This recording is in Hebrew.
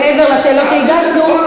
מעבר לשאלות שהגשנו,